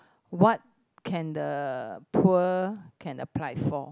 what can the poor can apply for